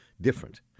different